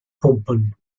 pumpen